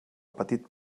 petit